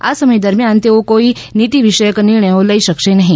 આ સમય દરમ્યાન તેઓ કોઇ નીતિવિષયક નિર્ણયો લઇ શકશે નહી